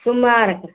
सोमवार का